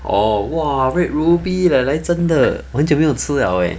orh !wah! red ruby leh 来真的我很久没有吃了 leh